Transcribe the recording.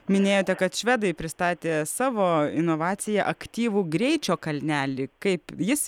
minėjote kad švedai pristatė savo inovaciją aktyvų greičio kalnelį kaip jis